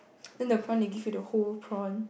then the prawn they give you the whole prawn